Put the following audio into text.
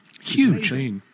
Huge